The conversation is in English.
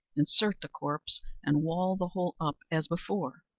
insert the corpse, and wall the whole up as before,